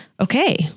okay